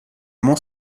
mont